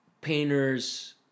painters